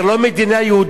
תשכח מזה.